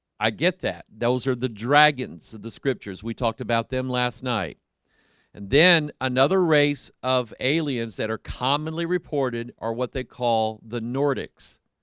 i get that. those are the dragons of the scriptures. we talked about them last night and then another race of aliens that are commonly reported or what they call the nordics